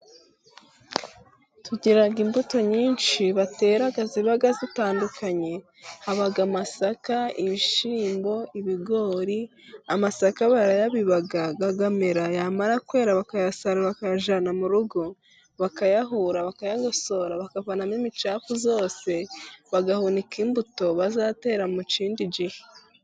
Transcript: Tugiraga imbuto nyinshi batera ziba zitandukanye, habamo: amasaka, ibishyimbo, ibigori, amasaka barayabiba akamera yamara kwera bakayasarura bakayajyana mu rugo bakayahura, bakayagosora bakavanamo imicafu yose, bagahunika imbuto bazatera mu kindi gihe.